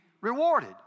rewarded